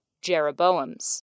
Jeroboam's